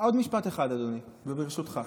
עוד משפט אחד, אדוני, ברשותך.